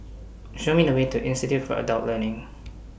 Show Me The Way to Institute For Adult Learning